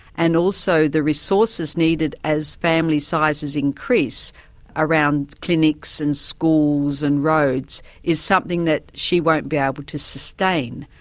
and also the resources needed as family sizes increase around clinics and schools and roads, is something that she won't be able to sustain.